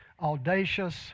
audacious